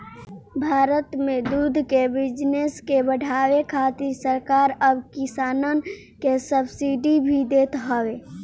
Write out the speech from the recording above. भारत में दूध के बिजनेस के बढ़ावे खातिर सरकार अब किसानन के सब्सिडी भी देत हवे